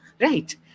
Right